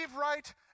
right